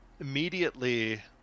immediately